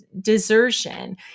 desertion